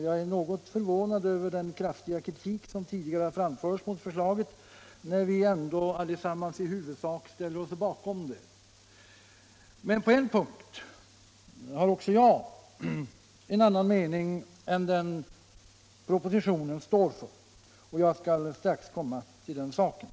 Jag är något förvånad över - Nr 43 den kraftiga kritik som tidigare har framförts mot förslaget, när vi ändå Torsdagen den allesammans i huvudsak ställer oss bakom det. På en punkt har emellertid 11 december 1975 även jag en annan mening än den som propositionen står för. Jag skall I strax komma till den saken.